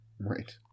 Right